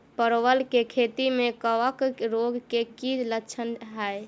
परवल केँ खेती मे कवक रोग केँ की लक्षण हाय?